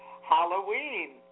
Halloween